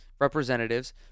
representatives